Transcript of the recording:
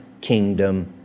kingdom